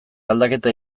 aldaketa